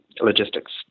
logistics